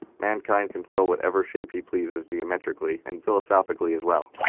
mankind can fill whatever shape he pleases geometrically and philosophically as well.